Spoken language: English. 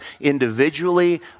individually